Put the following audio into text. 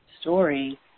story